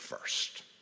first